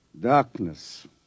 Darkness